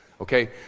okay